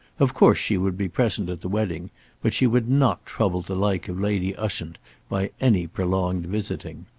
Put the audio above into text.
of course she would be present at the wedding but she would not trouble the like of lady ushant by any prolonged visiting.